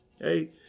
Hey